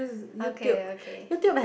okay okay